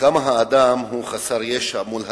כמה האדם חסר ישע מול הטבע.